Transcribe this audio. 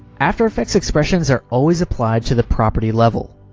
after effects expressions are always applied to the property level.